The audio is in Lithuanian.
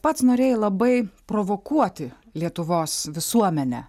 pats norėjai labai provokuoti lietuvos visuomenę